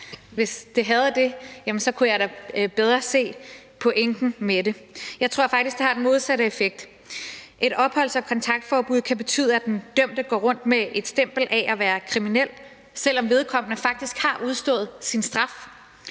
Hvis det havde det, kunne jeg da bedre se pointen med det. Jeg tror faktisk, at det har den modsatte effekt. Et opholds- og kontaktforbud kan betyde, at den dømte går rundt med et stempel af at være kriminel, selv om vedkommende faktisk har udstået sin straf,